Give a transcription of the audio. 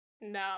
no